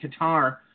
Qatar